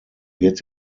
wird